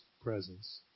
presence